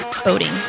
Boating